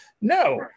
No